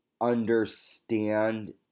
understand